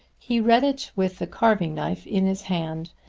he read it with the carving knife in his hand,